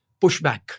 pushback